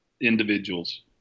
individuals